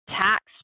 tax